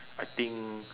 I think